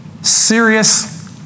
serious